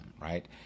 right